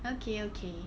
okay okay